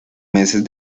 meses